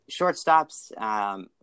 Shortstops